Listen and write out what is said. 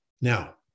Now